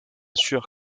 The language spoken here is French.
sûr